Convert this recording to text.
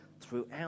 throughout